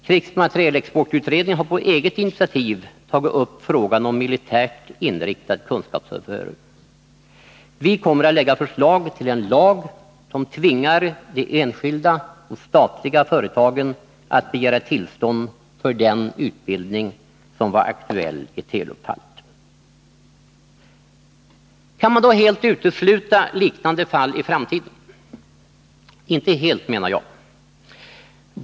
Krigsmaterielexportutredningen har på eget initiativ tagit upp frågan om militärt inriktad kunskapsöverföring. Vi kommer att lägga fram förslag till en lag som tvingar de enskilda och statliga företagen att begära tillstånd för utbildning av det slag som var aktuellt i Telub-fallet. Kan man då helt utesluta att vi får liknande fall i framtiden? Inte helt, menar jag.